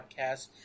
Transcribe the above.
podcast